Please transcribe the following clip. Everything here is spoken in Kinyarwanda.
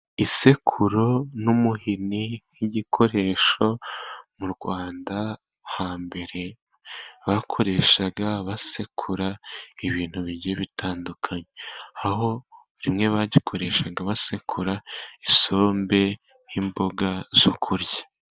Isekuru n'umuhini nk'igikoresho mu rwanda hambere bakoreshaga, basekura ibintu bijye bitandukanye. Aho rimwe bagikoreshaga basekura isombe nk'imboga zo kurya.